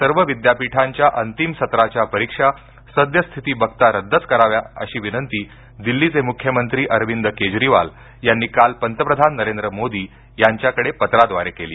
सर्व विद्यापीठांच्या अंतिम सत्राच्या परिक्षा सद्यस्थिती बघता रद्दच कराव्या अशी विनंती दिल्लीचे मुख्यमंत्री अरविंद केजरीवाल यांनी काल पंतप्रधान नरेंद्र मोदी यांच्याकडे पत्राद्वारे केली